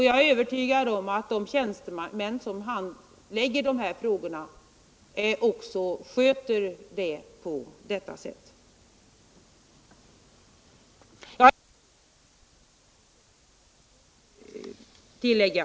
Jag är övertygad om att de tjänstemän som handlägger dessa frågor också sköter sin uppgift på detta sätt. En sak till, herr talman, vill jag tillägga.